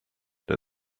that